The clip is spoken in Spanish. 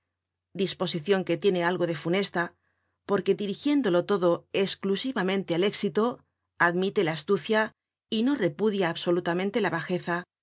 disposicion que tiene algo de funesta porque dirigiéndolo todo esclusivamente al éxito admite la astucia y no repudia absolutamente la bajeza